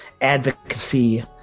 advocacy